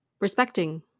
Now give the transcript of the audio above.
respecting